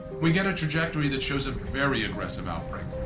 we get a trajectory that shows a very aggressive outbreak,